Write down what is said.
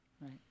Right